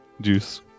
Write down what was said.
juice